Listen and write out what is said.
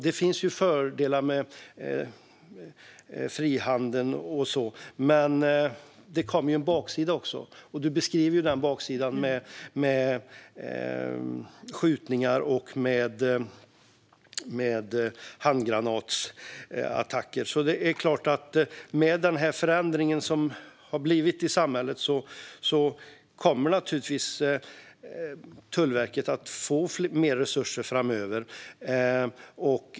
Det finns fördelar med frihandeln, men det kom också en baksida. Du beskriver den baksidan med skjutningar och handgranatattacker. Med den förändring som har skett i samhället kommer Tullverket att få mer resurser framöver.